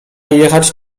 jechać